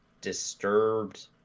disturbed